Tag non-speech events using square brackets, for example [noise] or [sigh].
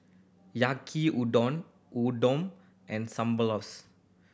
Yaki Udon Udon and [unintelligible]